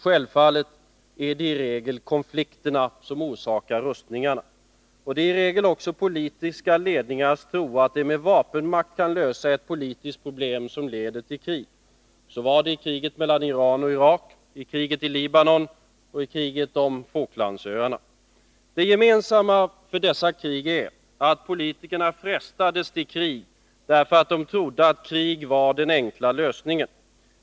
Självfallet är det i regel konflikterna som orsakar rustningarna, och det är i regel också de politiska ledningarnas tro att de med vapenmakt kan lösa ett politiskt problem som leder till krig. Så var det i kriget mellan Iran och Irak, i kriget i Libanon och i kriget om Falklandsöarna. Det gemensamma för dessa är att politikerna frestades till krig, därför att de trodde att krig var den enkla lösningen.